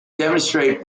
demonstrate